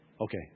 Okay